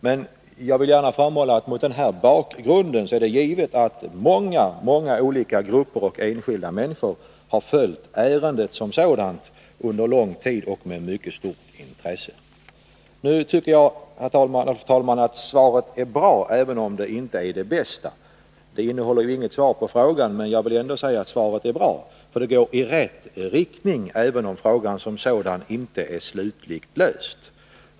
Men jag vill gärna framhålla att det mot denna bakgrund är givet att många olika grupper och enskilda människor med mycket stort intresse har följt ärendet under lång tid. Jag tycker, fru talman, att svaret är bra, även om det inte är det bästa. Det innehåller inget egentligt svar på frågan, men jag vill ändå säga att svaret är bra. Det går nämligen i rätt riktning, även om frågan som sådan inte är slutligt löst.